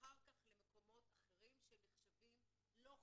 אחר כך למקומות אחרים שנחשבים לא חלופות.